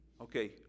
okay